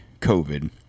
covid